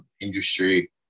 industry